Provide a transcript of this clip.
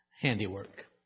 handiwork